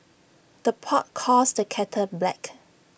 the pot calls the kettle black